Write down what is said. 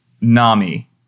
Nami